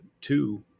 two